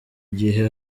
gihe